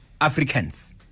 Africans